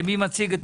מי מציג את